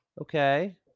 okay